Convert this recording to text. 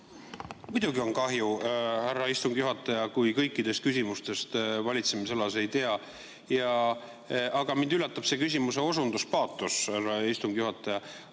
Muidugi on kahju, härra istungi juhataja, kui kõikidest küsimustest oma valitsemisalas ei tea. Aga mind üllatab see küsimuse osutuspaatos, härra istungi juhataja,